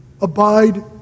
Abide